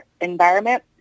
environment